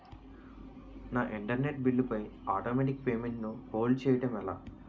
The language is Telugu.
నా ఇంటర్నెట్ బిల్లు పై ఆటోమేటిక్ పేమెంట్ ను హోల్డ్ చేయటం ఎలా?